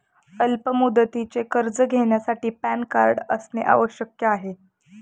अल्प मुदतीचे कर्ज घेण्यासाठी पॅन कार्ड असणे आवश्यक आहे का?